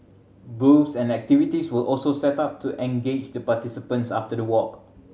booths and activities were also set up to engage the participants after the walk